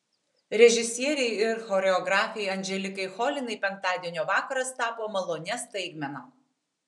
režisierei ir choreografei anželikai cholinai penktadienio vakaras tapo malonia staigmena